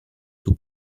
two